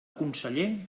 conseller